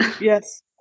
yes